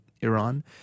Iran